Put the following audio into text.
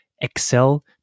excel